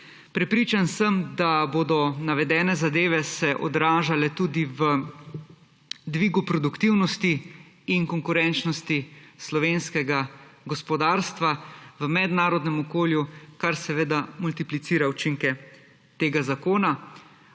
Prepričan sem, da se bodo navedene zadeve odražale tudi v dvigu produktivnosti in konkurenčnosti slovenskega gospodarstva v mednarodnem okolju, kar multiplicira učinke tega zakona.